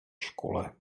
škole